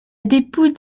dépouille